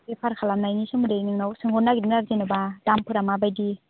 बेफार खालामनायनि सोमोन्दै नोंनाव सोंहरनो नागिरदोंमोन आरो जेन'बा दामफोरा माबायदि